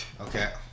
Okay